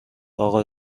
اقا